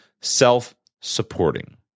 self-supporting